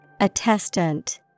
Attestant